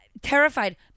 Terrified